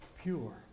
pure